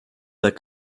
that